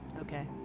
Okay